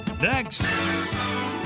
next